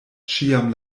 ĉiam